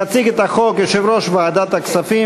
יציג את החוק יושב-ראש ועדת הכספים,